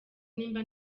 nimba